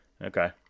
Okay